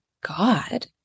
God